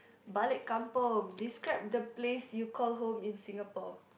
balik kampung describe the place you call home in Singapore